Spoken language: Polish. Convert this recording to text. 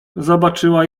zobaczyła